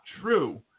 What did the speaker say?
true